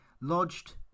lodged